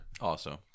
Awesome